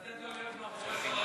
לתת לו להיות מאחורי סורג ובריח,